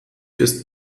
ist